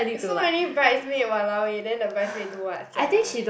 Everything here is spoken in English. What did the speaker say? so many bridesmaid !walao! eh then the bridesmaid do what sia